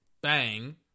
bang